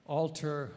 altar